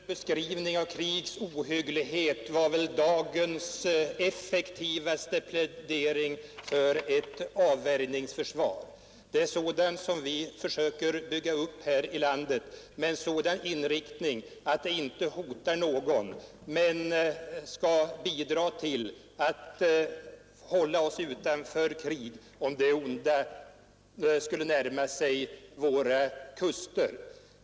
Herr talman! Fru Theorins beskrivning av krigs ohygglighet var väl dagens effektivaste plädering för ett avvärjningsförsvar. Det är ett sådant vi försöker bygga upp här i landet, med den inriktningen att det inte skall hota någon men bidra till att hålla oss utanför krig, om det onda skulle närma sig våra kuster.